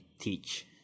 teach